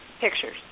Pictures